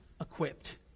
equipped